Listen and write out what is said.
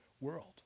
world